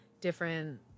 different